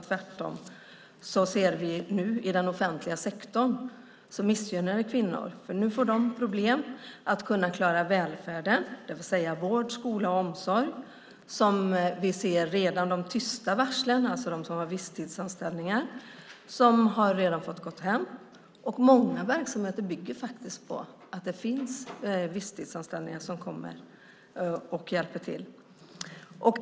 Tvärtom ser vi nu att kvinnor i offentliga sektorn missgynnas. Nu får de problem att klara välfärden, det vill säga vård, skola, omsorg. Vi ser redan de tysta varslen, det vill säga att de med visstidsanställningar redan har fått gå hem. Många verksamheter bygger på att det finns visstidsanställda som hjälper till.